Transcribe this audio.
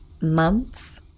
months